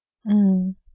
mm